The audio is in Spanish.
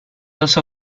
los